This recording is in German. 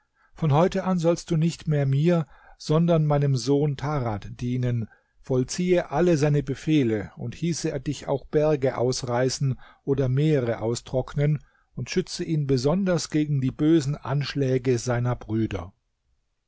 von heute an sollst du nicht mehr mir sondern meinem sohn tarad dienen vollziehe alle seine befehle und hieße er dich auch berge ausreißen oder meere austrocknen und schütze ihn besonders gegen die bösen anschläge seiner brüder